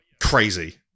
Crazy